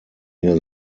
near